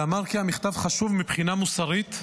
ואומר כי המכתב חשוב מבחינה מוסרית,